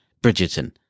Bridgerton